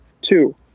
Two